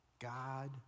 God